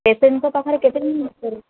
ପେସେଣ୍ଟଙ୍କ ପାଖରେ କେତେ ଦିନ